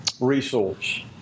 resource